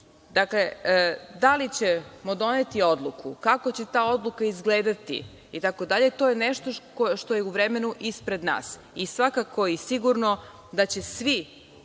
evra. Dakle, da li ćemo doneti odluku, kako će ta odluka izgledati itd, to je nešto što je u vremenu ispred nas i svakako i sigurno da će svi